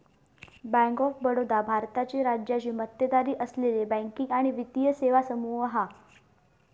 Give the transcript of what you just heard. bank of Baroda भारताची राज्याची मक्तेदारी असलेली बँकिंग आणि वित्तीय सेवा समूह हा